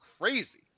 Crazy